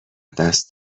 دست